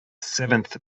seventh